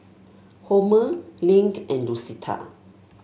Homer Link and Lucetta